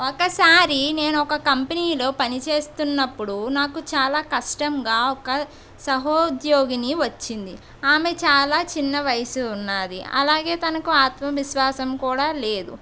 ఒకసారి నేను ఒక కంపనీ లో పనిచేస్తున్నప్పుడు నాకు చాలా కష్టంగా ఒక సహోద్యోగిని వచ్చింది ఆమెకు చాలా చిన్న వయస్సు ఉంది అలాగే తనకు ఆత్మవిశ్వాసం కూడా లేదు